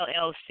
LLC